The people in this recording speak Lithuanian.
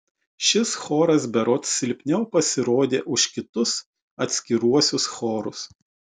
šis choras berods silpniau pasirodė už kitus atskiruosius chorus